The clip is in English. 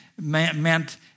meant